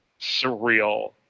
surreal